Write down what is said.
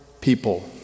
people